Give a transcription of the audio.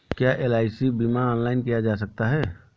क्या एल.आई.सी बीमा ऑनलाइन किया जा सकता है?